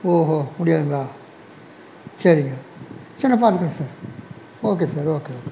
ஓஹோ முடியாதுங்களா சரிங்க சரி நான் பார்த்துக்கிறேன் sir okay sir okay okay